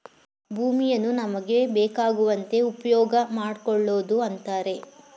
ಭೂಮಿಯನ್ನು ನಮಗೆ ಬೇಕಾಗುವಂತೆ ಉಪ್ಯೋಗಮಾಡ್ಕೊಳೋದು ಅಂತರೆ